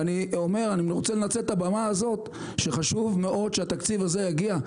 ואני רוצה לנצל את הבמה הזאת ולהגיד שחשוב מאוד שהתקציב הזה יגיע,